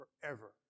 forever